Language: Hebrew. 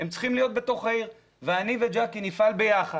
הם צריכים להיות בתוך העיר ואני וג'קי נפעל ביחד